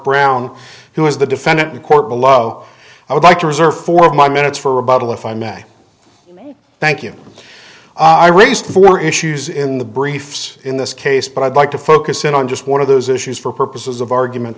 brown who is the defendant in court below i would like to reserve for my minutes for a bout of the fund i thank you i raised four issues in the briefs in this case but i'd like to focus in on just one of those issues for purposes of argument